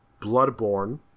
Bloodborne